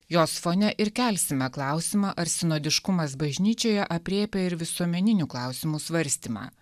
jos fone ir kelsime klausimą ar sinodiškumas bažnyčioje aprėpia ir visuomeninių klausimų svarstymą